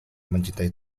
mencintai